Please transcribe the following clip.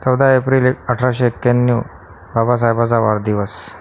चौदा एप्रिल ए अठराशे एक्याण्णव बाबासाहेबाचा वाढदिवस